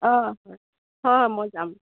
অ হয় হয় মই যাম